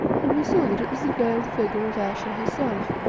and we saw that it was the veiled figure of ayesha herself.